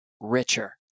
richer